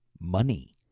money